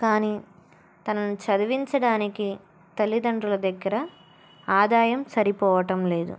కానీ తనను చదివించడానికి తల్లిదండ్రుల దగ్గర ఆదాయం సరిపోవటం లేదు